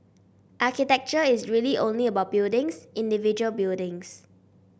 architecture is really only about buildings individual buildings